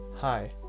Hi